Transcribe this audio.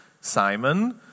Simon